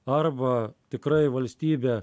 arba tikrai valstybė